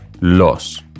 Los